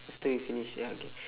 after we finish ya okay